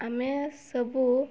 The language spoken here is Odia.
ଆମେ ସବୁ